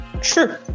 True